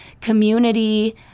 community